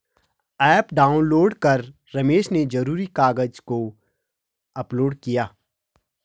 app download कर रमेश ने ज़रूरी कागज़ को अपलोड किया